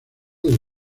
del